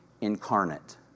incarnate